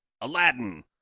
Aladdin